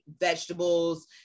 vegetables